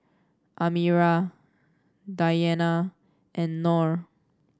Amirah Diyana and Nor